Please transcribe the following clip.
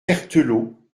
berthelot